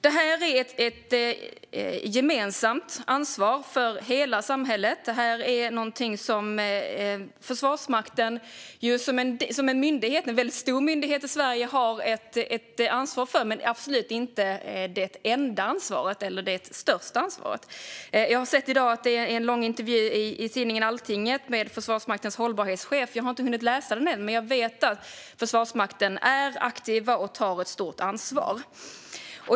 Detta är ett gemensamt ansvar för hela samhället och något som Försvarsmakten som stor myndighet i Sverige har ett ansvar för, men absolut inte det enda eller största ansvaret. Jag såg att det i dag är en lång intervju med Försvarsmaktens hållbarhetschef i tidningen Alltinget. Jag har inte hunnit läsa den än, men jag vet att Försvarsmakten är aktiv och tar ett stort ansvar.